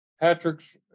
Patrick's